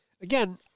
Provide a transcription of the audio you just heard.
Again